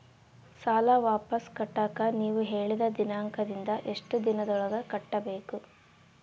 ಸಾಲ ವಾಪಸ್ ಕಟ್ಟಕ ನೇವು ಹೇಳಿದ ದಿನಾಂಕದಿಂದ ಎಷ್ಟು ದಿನದೊಳಗ ಕಟ್ಟಬೇಕು?